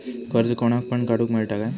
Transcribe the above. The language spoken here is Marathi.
कर्ज कोणाक पण काडूक मेलता काय?